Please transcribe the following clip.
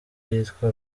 yitwa